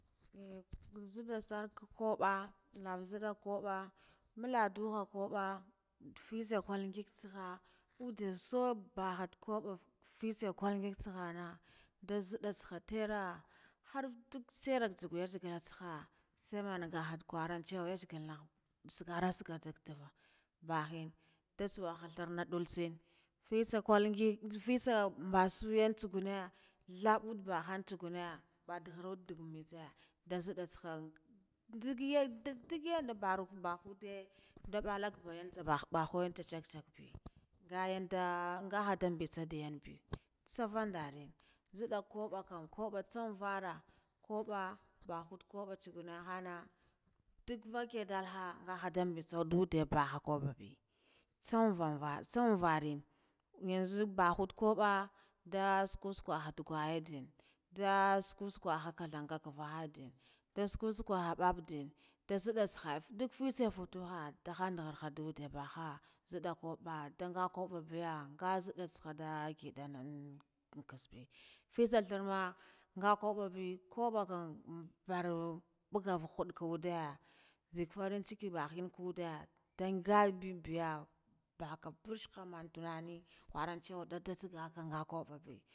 Eh nzidda tsar kah kabba pava nzidda kubba ambuladaha kubba titfitsakul ngig tsaha tahana nda nzidda tsahan tera hardak seran nzugun yasigan tsaha, sai manga hada kiran ciwa yazegalla nah sagaro sagan dava davah bahin da tsubaha tharna lud ntsin fitsa kal ngig fitsa mbasa yantsi guna thabb udda baha tsuguna badagurd dagga mitsa nda nzidden tsaka duk daga yande baya bahade, nda balanda bagha ga bakha tsak tsak be ngayang ngaha nda mbitsa dayanbe ntsavan darin nzidda kubakan kabba tsanvara kubba mbakhu kubba tsuguna hana ndug vake ndaha ngaha tsa dudde bakha kubba be tsan vanva tsanvare yanzo, bakhude kubba nda saka saka tsakhayan den nda suku suka nduk khayan den nda suku sako babbaden nda nzidda tsaha fitsa fatuha nduhan dara chucheden baha nzidden kabba ndaga kubba biya nzidde kabba ndaga kubba biya nga nzidda tsaha nda ngidoman tsaka be, fitsa tharma nga kubba ba nga kam borbuga khaudah nzig farinciki bahinkude ngaben biya bakha barcikan mon tunani kharan ciwo